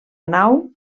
nau